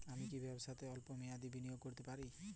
আমি কি ব্যবসাতে স্বল্প মেয়াদি বিনিয়োগ করতে পারি?